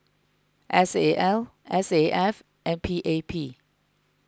S A L S A F and P A P